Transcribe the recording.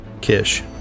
Kish